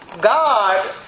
God